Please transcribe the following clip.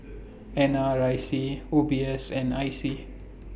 N R IC O B S and I C